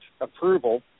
approval